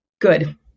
good